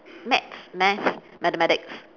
maths mess mathematics